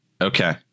Okay